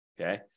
okay